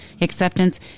acceptance